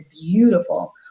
beautiful